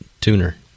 tuner